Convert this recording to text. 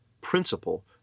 principle